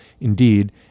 indeed